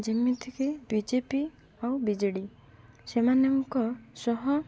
ଯେମିତିକି B J P ଆଉ B J D ସେମାନଙ୍କ ସହ